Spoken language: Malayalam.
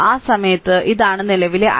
ആ സമയത്ത് ഇതാണ് നിലവിലെ ix